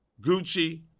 Gucci